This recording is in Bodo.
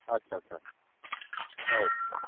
आच्चा औ